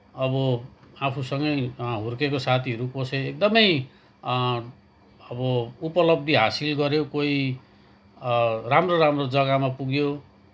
अब आफूसँगै हुर्केको साथीहरू कसै एकदमै अब उपलब्धि हासिल गर्यो कोही राम्रो राम्रो जग्गामा पुग्यो